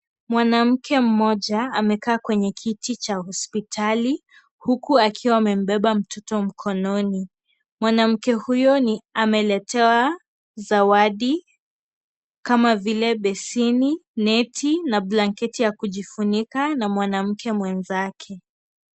Mwanamke mmoja, amekaa kwenye kiti cha hospitali, huku akiwa amembeba mtoto mkononi. Mwanamke huyo, ameletewa zawadi kama vile, beseni, neti na blanketi ya kujifunika na mwanamke mwenzake.